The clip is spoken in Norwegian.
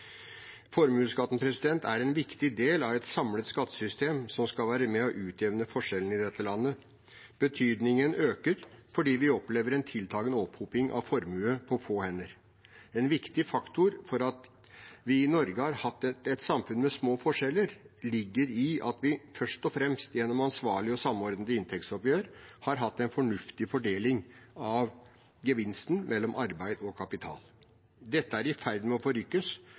er en viktig del av et samlet skattesystem som skal være med og utjevne forskjellene i dette landet. Betydningen øker fordi vi opplever en tiltakende opphoping av formue på få hender. En viktig faktor for at vi i Norge har hatt et samfunn med små forskjeller, ligger i at vi – først og fremst gjennom ansvarlige og samordnede inntektsoppgjør – har hatt en fornuftig fordeling av gevinsten mellom arbeid og kapital. Dette er i ferd med å forrykkes,